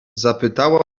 zapytała